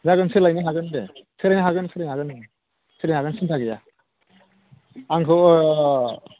जागोन सोलायनो हागोन दे सोलायनो हागोन सोलायनो हागोन ओं सोलायनो हागोन सिनथा गैया आंखौ